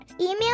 Email